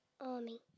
army